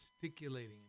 gesticulating